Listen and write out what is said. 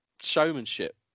showmanship